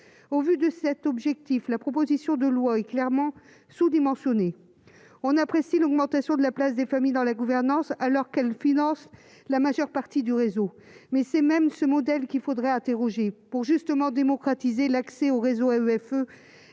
au vu de cet objectif, la proposition de loi est clairement sous-dimensionné, on apprécie l'augmentation de la place des familles dans la gouvernance alors qu'elle finance la majeure partie du réseau mais c'est même ce modèle qu'il faudrait interroger pour justement démocratiser l'accès au réseau EFE